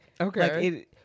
Okay